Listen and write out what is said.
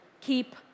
keep